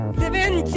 living